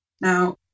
Now